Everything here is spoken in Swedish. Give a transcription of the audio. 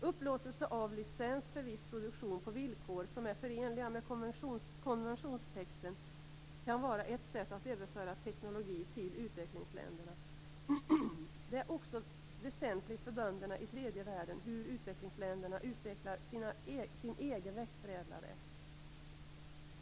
Upplåtelse av licens för viss produktion på villkor som är förenliga med konventionstexten kan vara ett sätt att överföra teknologi till utvecklingsländerna. Det är också väsentligt för bönderna i tredje världen hur utvecklingsländerna utvecklar sin egen växtförädlarrätt.